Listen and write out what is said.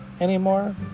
anymore